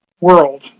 world